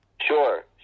Sure